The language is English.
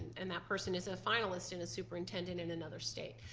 and that person is a finalist in a superintendent in another state,